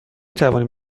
توانیم